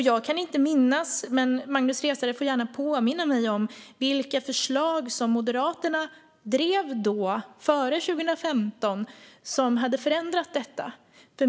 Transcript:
Jag kan inte minnas - men Magnus Resare får gärna påminna mig - vilka förslag som Moderaterna drev då, före 2015, som skulle ha förändrat detta.